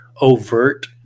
overt